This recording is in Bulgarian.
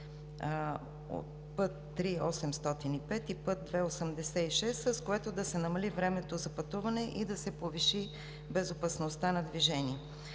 (път III-805 и път II-86), с което да се намали времето за пътуване и да се повиши безопасността на движение.